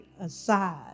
aside